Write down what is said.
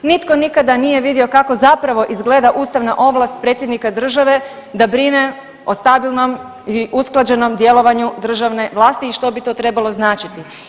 Nitko nikada nije vidio kako zapravo izgleda ustavna ovlast predsjednika države da brine o stabilnom i usklađenom djelovanju državne vlasti i što bi to trebalo značiti.